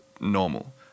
normal